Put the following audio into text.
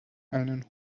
einen